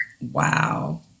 wow